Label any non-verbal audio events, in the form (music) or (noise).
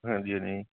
ਹਾਂਜੀ (unintelligible) ਨੇ